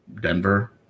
Denver